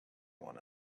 one